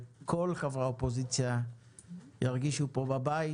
וכל חברי האופוזיציה ירגישו פה בבית,